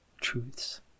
truths